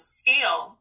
scale